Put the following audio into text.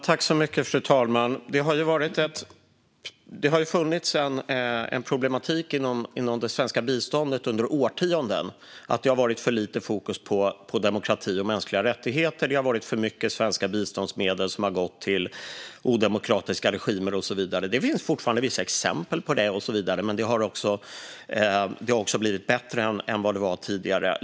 Fru talman! Det har funnits en problematik inom det svenska biståndet under årtionden med för lite fokus på demokrati och mänskliga rättigheter. För mycket svenska biståndsmedel har gått till odemokratiska regimer och så vidare. Det finns fortfarande vissa exempel på detta, även om det har blivit bättre än tidigare.